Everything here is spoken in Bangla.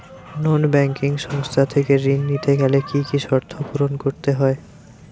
নন ব্যাঙ্কিং সংস্থা থেকে ঋণ নিতে গেলে কি কি শর্ত পূরণ করতে হয়?